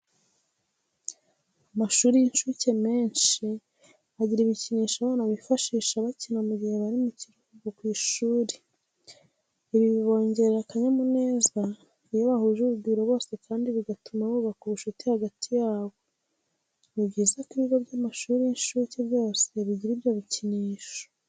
Amashuri y'incuke menshi agira ibikinisho abana bifashisha bakina mu gihe bari mu karuhuko ku ishuri. Ibi bibongerera akanyamuneza iyo bahuje urugwiro bose kandi bigatuma bubaka ubucuti hagati yabo. Ni byiza ko ibigo by'amashuri y'incuke byose bigira ibyo bikinisho.